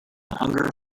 hunger